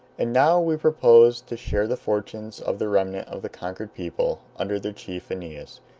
and now we propose to share the fortunes of the remnant of the conquered people, under their chief aeneas,